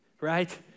right